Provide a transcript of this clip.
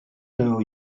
know